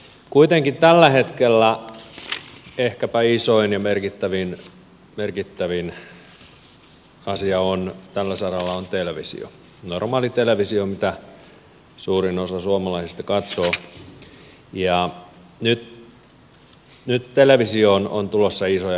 kuitenkin tällä hetkellä ehkäpä isoin ja merkittävin asia tällä saralla on televisio normaali televisio mitä suurin osa suomalaisista katsoo ja nyt televisioon on tulossa isoja muutoksia